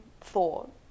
thought